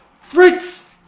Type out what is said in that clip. Fritz